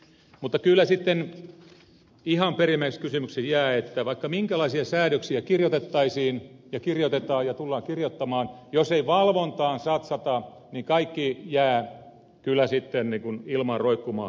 mutta kyllä sitten ihan perimmäiseksi kysymykseksi jää että vaikka minkälaisia säädöksiä kirjoitettaisiin ja kirjoitetaan ja tullaan kirjoittamaan jos ei valvontaan satsata niin kaikki jää kyllä sitten ilmaan roikkumaan